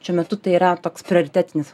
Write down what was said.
šiuo metu tai yra toks prioritetinis